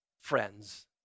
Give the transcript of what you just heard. friends